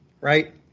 right